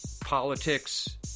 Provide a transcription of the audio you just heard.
politics